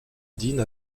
dîne